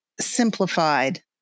simplified